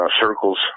circles